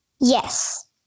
Yes